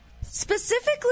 specifically